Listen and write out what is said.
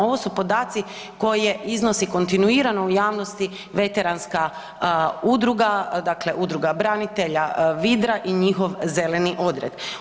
Ovo su podaci koje iznosi kontinuirano u javnosti veteranska udruga dakle udruga branitelja Vidra i njihov Zeleni odred.